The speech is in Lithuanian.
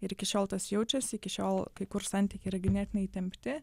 ir iki šiol tas jaučiasi iki šiol kai kur santykiai yra ganėtinai įtempti